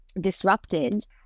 disrupted